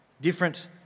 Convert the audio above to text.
Different